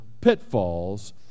pitfalls